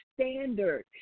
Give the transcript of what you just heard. standard